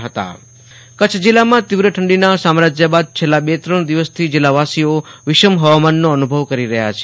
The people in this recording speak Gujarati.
આશુતોષ અંતાણી હ્વામાન કચ્છ જીલ્લામાં તીવ્ર ઠંડીના સામ્રાજ્ય બાદ છેલ્લા બે ત્રણ દિવસથી જિલ્લાવાસીઓ વિષમ હવામાનનો અનુભવ કરી રહ્યા છે